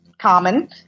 common